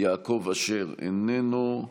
יעקב אשר, איננו,